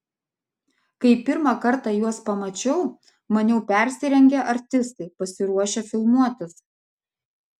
kai pirmą kartą juos pamačiau maniau persirengę artistai pasiruošę filmuotis